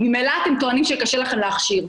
ממילא אתם טוענים שקשה לכם להכשיר".